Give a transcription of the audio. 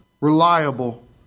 reliable